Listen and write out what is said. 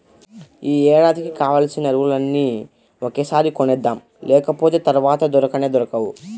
యీ ఏడాదికి కావాల్సిన ఎరువులన్నీ ఒకేసారి కొనేద్దాం, లేకపోతె తర్వాత దొరకనే దొరకవు